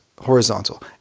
horizontal